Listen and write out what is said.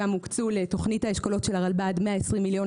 לתוכנית האשכולות של הרלב"ד 120 מיליון